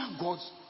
God's